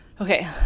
okay